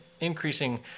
increasing